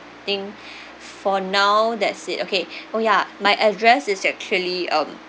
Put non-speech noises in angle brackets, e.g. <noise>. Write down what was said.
think <breath> for now that's it okay <breath> oh ya my address is actually um